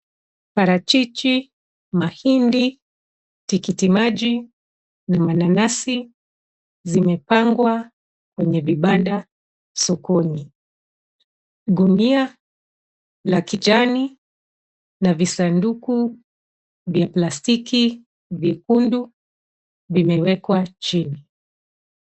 Parachichi, mahindi, tikiti maji, mananasi zimepangwa kwenye vibanda sokoni. Gunia la kijani na visanduku vya plastiki vyekundu vimewekwa chini.